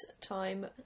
time